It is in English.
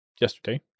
yesterday